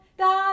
da